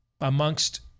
amongst